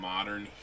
Modern